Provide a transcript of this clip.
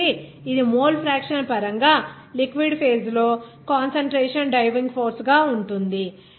కాబట్టి ఇది mole fraction పరంగా లిక్విడ్ ఫేజ్ లో కాన్సంట్రేషన్ డ్రైవింగ్ ఫోర్స్ గా ఉంటుంది